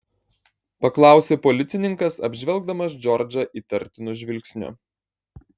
paklausė policininkas apžvelgdamas džordžą įtartinu žvilgsniu